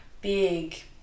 big